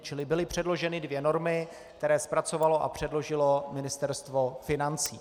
Čili byly předloženy dvě normy, které zpracovalo a předložilo Ministerstvo financí.